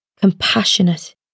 compassionate